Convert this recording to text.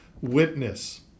witness